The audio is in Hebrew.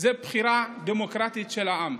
בחירה דמוקרטית של העם.